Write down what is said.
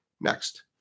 Next